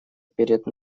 перед